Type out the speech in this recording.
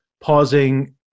pausing